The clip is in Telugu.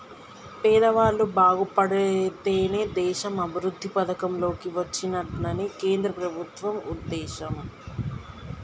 పేదవాళ్ళు బాగుపడితేనే దేశం అభివృద్ధి పథం లోకి వచ్చినట్లని కేంద్ర ప్రభుత్వం ఉద్దేశం